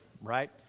right